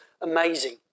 amazing